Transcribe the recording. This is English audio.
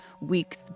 weeks